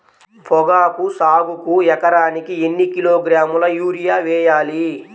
పొగాకు సాగుకు ఎకరానికి ఎన్ని కిలోగ్రాముల యూరియా వేయాలి?